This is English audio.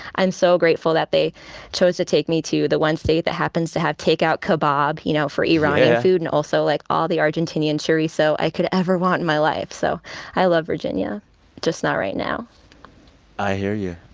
i'm so grateful that they chose to take me to the one state that happens to have takeout kabob, you know, for irani. yeah. food and also, like, all the argentinian chorizo so i could ever want in my life. so i love virginia just not right now i hear you.